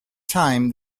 time